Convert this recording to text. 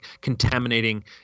contaminating